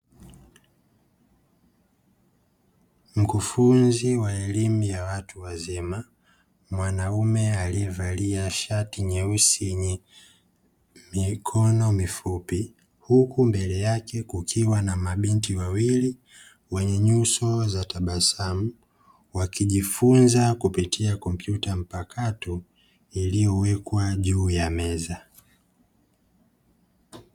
Mkufunzi wa elimu ya watu wazima, mwanaume aliyevalia shati nyeusi yenye mikono mifupi, huku mbele yake kukiwa na mabinti wawili wenye nyuso za tabasamu wakijifunza kupitia kompyuta mpakato iliyowekwa juu ya meza.